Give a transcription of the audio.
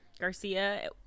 Garcia